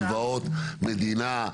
הלוואות מדינה,